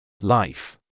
Life